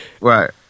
right